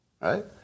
right